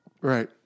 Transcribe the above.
Right